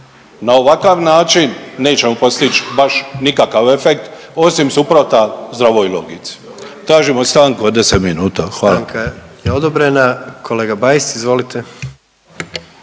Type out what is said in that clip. Na ovakav način nećemo postići baš nikakav efekt osim suprota zdravoj logici. Tražimo stanku od 10 minuta. Hvala. **Jandroković, Gordan (HDZ)** Stanka je odobrena. Kolega Bajs, izvolite.